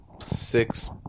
Six